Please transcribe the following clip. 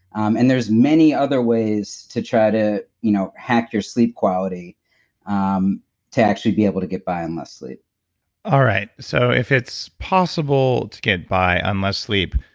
um and there's many other ways to try to, you know, hack your sleep quality um to actually be able to get by on less sleep all right, so if it's possible to get by on less sleep,